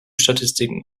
statistiken